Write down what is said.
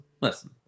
listen